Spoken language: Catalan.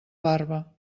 barba